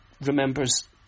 remembers